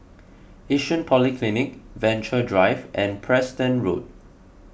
Yishun Polyclinic Venture Drive and Preston Road